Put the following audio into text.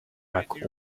like